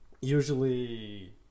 usually